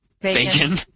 Bacon